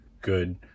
good